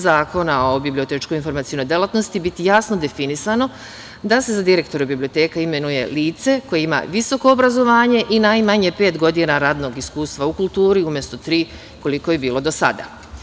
Zakona o bobliotečko-informacionoj delatnosti biti jasno definisano da se za direktora biblioteke imenuje lice koje ima visoko obrazovanje i najmanje pet godina radnog iskustva u kulturi, umesto tri, koliko je bilo do sada.